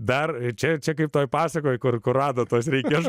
dar čia čia kaip toje pasakoje kur kur adatos reikia